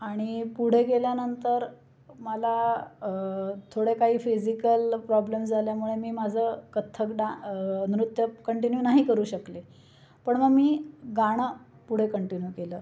आणि पुढे गेल्यानंतर मला थोडे काही फिजिकल प्रॉब्लेम झाल्यामुळे मी माझं कथ्थक डा नृत्य कंटिन्यू नाही करू शकले पण मग मी गाणं पुढे कंटिन्यू केलं